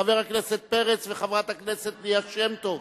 חבר הכנסת פרץ וחברת הכנסת ליה שמטוב,